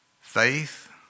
Faith